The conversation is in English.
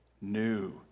new